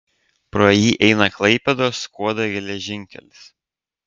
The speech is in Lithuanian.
pro jį eina klaipėdos skuodo geležinkelis